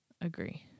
Agree